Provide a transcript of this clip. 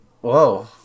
Whoa